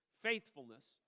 faithfulness